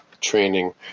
training